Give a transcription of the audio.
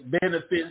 benefits